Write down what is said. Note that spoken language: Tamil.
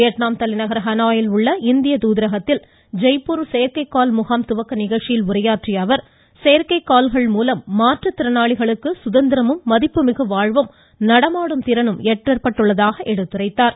வியட்நாம் தலைநகர் ஹனாயில் உள்ள இந்திய தாதரகத்தில் ஜெய்ப்பூர் செயற்கை கால் முகாம் துவக்க நிகழ்ச்சியில் உரையாற்றிய அவர் செயற்கை கால்கள் மூலம் மாற்றுத்திறனாளிகளுக்கு சுதந்திரமும் மதிப்புமிகு வாழ்வும் நடமாடும் திறனும் ஏற்பட்டதாக எடுத்துரைத்தார்